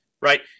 Right